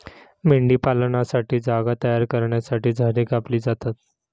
मेंढीपालनासाठी जागा तयार करण्यासाठी झाडे कापली जातात